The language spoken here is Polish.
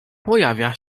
pojawia